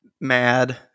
mad